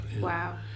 Wow